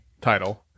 title